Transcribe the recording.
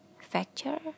factor